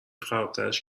خرابترش